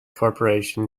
corporation